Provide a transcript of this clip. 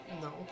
No